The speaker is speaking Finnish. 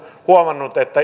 huomannut että